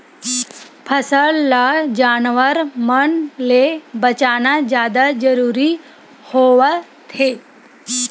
फसल ल जानवर मन ले बचाना जादा जरूरी होवथे